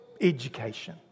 education